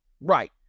Right